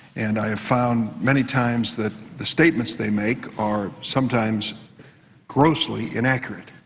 and i have found many times that the statements they make are sometimes grossly inaccurate.